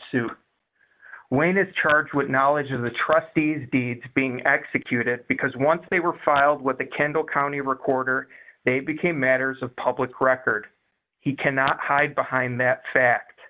suit when his charge with knowledge of the trustees deeds being executed because once they were filed with the kendall county recorder they became matters of public record he cannot hide behind that fact